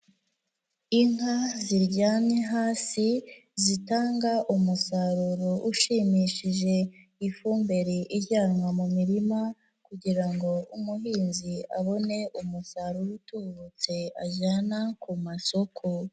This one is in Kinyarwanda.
Inka ziryamye hasi zitanga umusaruro ushimishije. Ifumbire ijyanwa mu mirima kugira ngo umuhinzi abone umusaruro utubutse ajyana ku masoko.